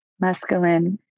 masculine